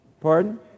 Pardon